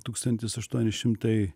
tūkstantis aštuoni šimtai